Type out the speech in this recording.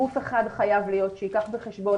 גוף אחד חייב לקחת אחריות ושייקח בחשבון